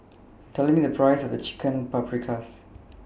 Tell Me The Price of Chicken Paprikas